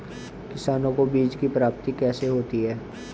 किसानों को बीज की प्राप्ति कैसे होती है?